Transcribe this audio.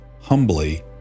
humbly